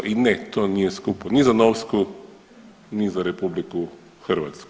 I ne, to nije skupo, ni za Novsku ni za RH.